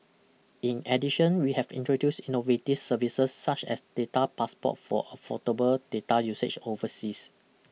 in addition we have introduced innovative services such as data passport for affordable data usage overseas